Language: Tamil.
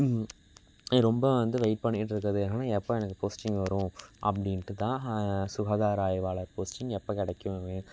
இது ரொம்ப வந்து வெயிட் பண்ணிட்டு இருக்கிறது என்னென்னா எப்போ எனக்கு போஸ்டிங் வரும் அப்படின்னுட்டு தான் அது சுகாதார ஆய்வாளர் போஸ்டிங் எப்போ கிடைக்கும்